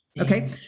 Okay